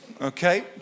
Okay